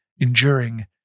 enduring